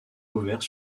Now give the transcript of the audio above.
ouverts